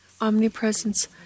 omnipresence